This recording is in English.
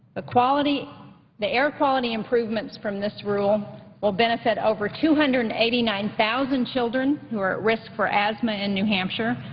the quality the air quality improvements from this rule will benefit over two hundred and eighty nine thousand children who are at risk for asthma in new hampshire.